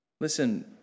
Listen